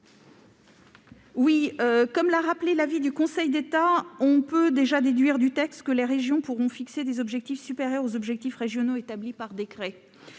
? Comme l'a rappelé le Conseil d'État dans son avis, on peut déjà déduire du texte que les régions pourront fixer des objectifs supérieurs aux objectifs régionaux prévus par décret.